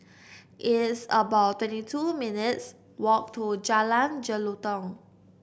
it's about twenty two minutes' walk to Jalan Jelutong